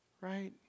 Right